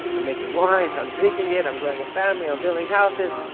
i'm making wine, i'm drinking it, i'm growing a family, i'm building houses.